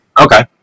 okay